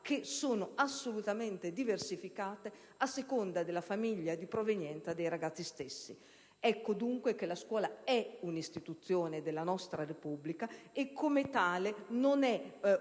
che sono assolutamente diversificate, a seconda della famiglia di provenienza dei ragazzi stessi. Dunque, la scuola è una istituzione della nostra Repubblica e, come tale, non è